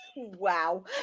Wow